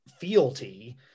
fealty